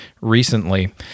recently